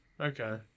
okay